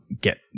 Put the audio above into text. get